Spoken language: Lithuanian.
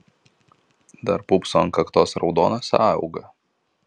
dar pūpso ant kaktos raudona sąauga